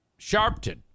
Sharpton